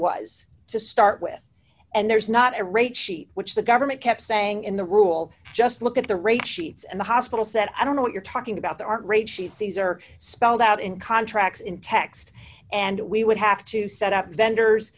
was to start with and there's not a rate sheet which the government kept saying in the rule just look at the rate sheets and the hospital said i don't know what you're talking about there aren't rate she sees are spelled out in contracts in text and we would have to set up vendors